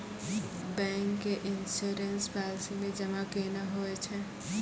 Bank के insurance policy मे जमा केना होय छै?